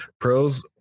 Pros